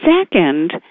Second